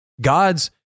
God's